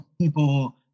people